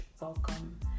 welcome